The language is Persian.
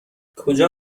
کجا